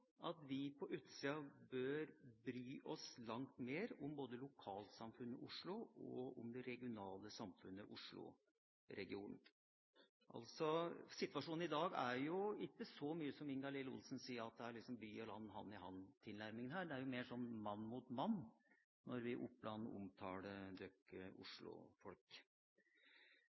at vi på utsida bør bry oss langt mer om både lokalsamfunnet Oslo og om det regionale samfunnet Oslo, Oslo-regionen. Situasjonen i dag er ikke slik som Ingalill Olsen sier, at det er en by og land hand i hand-tilnærming her. Det er mer sånn mann mot mann når vi i Oppland omtaler